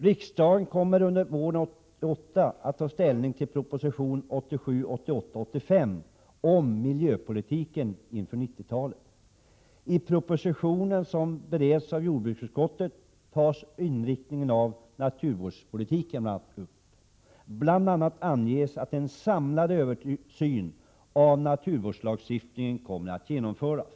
Riksdagen kommer under våren 1988 att ta ställning till proposition 1987/88:85 om miljöpolitiken inför 90-talet. I propositionen, som bereds av jordbruksutskottet, tas bl.a. inriktningen av naturvårdspolitiken upp. Bl. a. anges att en samlad översyn av naturvårdslagstiftningen kommer att genomföras.